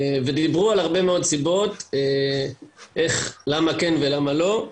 ודיברו על הרבה מאוד סיבות, איך, למה כן ולמה לא.